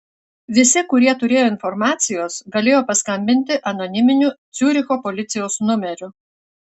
visi kurie turėjo informacijos galėjo paskambinti anoniminiu ciuricho policijos numeriu